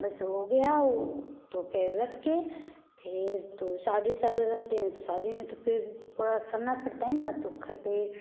बस हो गया वो तो पैर रख के फिर तो शादी सब रहते हैं तो शादी में तो फिर पूरा करना पड़ता है ना तो घर पर